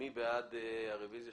מי בעד הרביזיה?